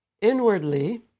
Inwardly